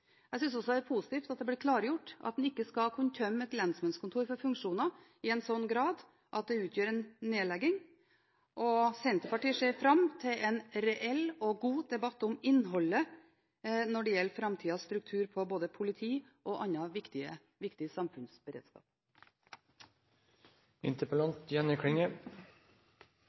Jeg synes også det er positivt at det blir klargjort at en ikke skal kunne tømme et lensmannskontor for funksjoner i en slik grad at det utgjør en nedlegging. Senterpartiet ser fram til en reell og god debatt om innholdet når det gjelder framtidas struktur både for politiet og annen viktig